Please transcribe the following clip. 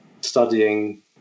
studying